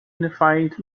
unified